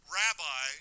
rabbi